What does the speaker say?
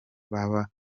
baba